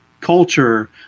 culture